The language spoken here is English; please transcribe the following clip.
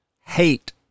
hate